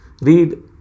read